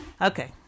Okay